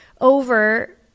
over